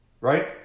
Right